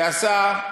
שעשה,